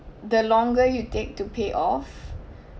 the longer you take to pay off